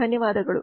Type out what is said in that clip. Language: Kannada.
ಧನ್ಯವಾದಗಳು